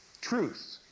Truth